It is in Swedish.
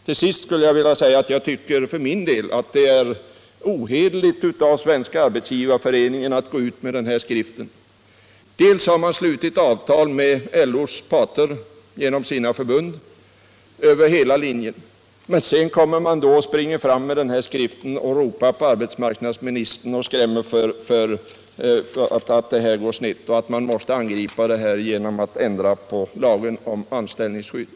Till sist: Jag tycker för min del att det är ohederligt av Svenska arbetsgivareföreningen att gå ut med den här skriften. Först har man slutit avtal med LO-förbunden över hela linjen, sedan kommer man fram med den här skriften och ropar på arbetsmarknadsministern, skrämmer med att det går snett och att man måste angripa problemen genom att ändra lagen om anställningsskydd.